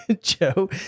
Joe